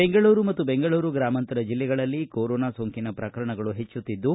ಬೆಂಗಳೂರು ಮತ್ತು ಬೆಂಗಳೂರು ಗ್ರಾಮಾಂತರ ಜಿಲ್ಲೆಗಳಲ್ಲಿ ಕೊರೊನಾ ಸೋಂಕಿನ ಪ್ರಕರಣಗಳು ಹೆಚ್ಚುತ್ತಿದ್ದು